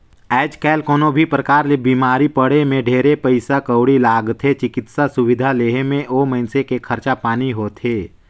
आयज कायल कोनो भी परकार ले बिमारी पड़े मे ढेरेच पइसा कउड़ी लागथे, चिकित्सा सुबिधा लेहे मे ओ मइनसे के खरचा पानी होथे